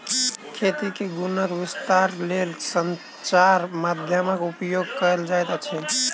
खेती के गुणक विस्तारक लेल संचार माध्यमक उपयोग कयल जाइत अछि